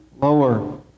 lower